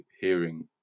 hearing